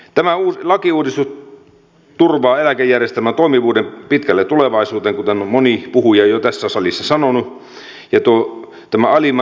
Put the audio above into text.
tämä lakiuudistus turvaa eläkejärjestelmän toimivuuden pitkälle tulevaisuuteen kuten on moni puhuja jo tässä salissa sanonut